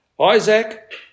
Isaac